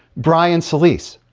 brian solis.